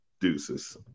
Deuces